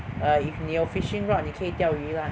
err if 你有 fishing rod 你可以钓鱼 lah